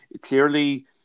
clearly